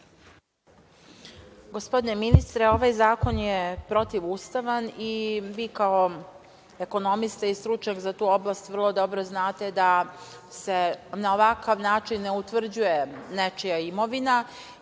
Gospodine ministre, ovaj zakon je protivustavan i vi kao ekonomista i stručnjak za tu oblast vrlo dobro znate da se na ovakav način ne utvrđuje nečija imovina